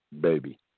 baby